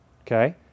okay